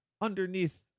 underneath